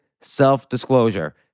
self-disclosure